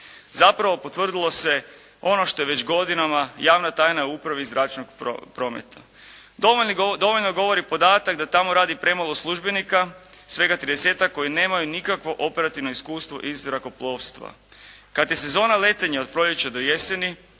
Zapravo, potvrdilo se ono što je već godinama javna tajna u Upravi zračnog prometa. Dovoljno govori podatak da tamo radi premalo službenika, svega tridesetak koji nemaju nikakvo operativno iskustvo iz zrakoplovstva. Kad je sezona letenja od proljeća do jeseni